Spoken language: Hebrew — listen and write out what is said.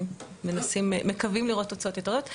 אבל המוחלשים גרים בעיקר במקומות של רשויות מוחלשות,